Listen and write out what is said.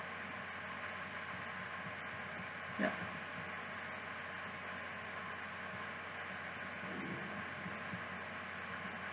ya